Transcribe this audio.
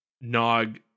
Nog